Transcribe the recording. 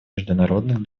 международных